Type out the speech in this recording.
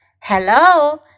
Hello